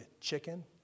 chicken